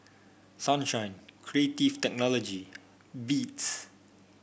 Sunshine Creative Technology Beats